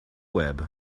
web